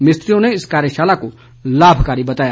मिस्त्रियों ने कार्यशाला को लामकारी बताया